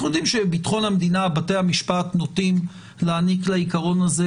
יודעים שבתי המשפט נוטים להעניק לעיקרון של ביטחון המדינה,